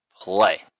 play